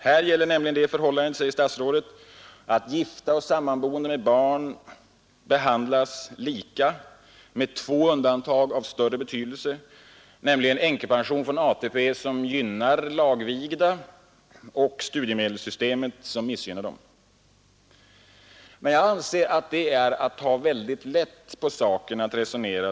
Här gäller nämligen det förhållandet, säger statsrådet, att gifta och sammanboende med barn behandlas lika med två undantag av större betydelse, nämligen änkepension från ATP som gynnar lagvigda och studiemedelssystemet som missgynnar dem. Men att resonera så är att ta väldigt lätt på saken.